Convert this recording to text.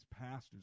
pastors